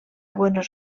buenos